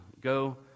Go